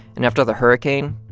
and after the hurricane,